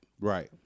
Right